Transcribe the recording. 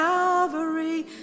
Calvary